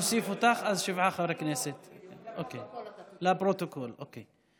שישה חברי כנסת בעד, אפס מתנגדים, אפס נמנעים.